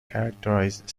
characterized